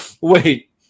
wait